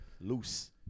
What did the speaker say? Loose